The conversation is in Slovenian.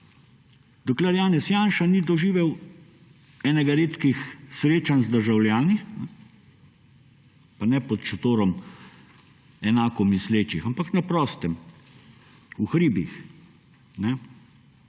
dokler Janez Janša ni doživel enega redkih srečanj z državljani, pa ne pod šotorom enakomislečih, ampak na prostem, v hribih,